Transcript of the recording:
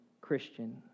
Christian